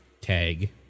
tag